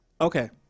okay